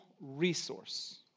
resource